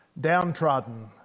downtrodden